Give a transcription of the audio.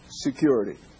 security